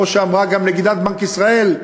כמו שאמרה גם נגידת בנק ישראל,